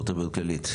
שירותי בריאות כללית.